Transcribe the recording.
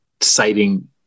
citing